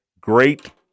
Great